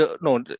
no